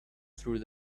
through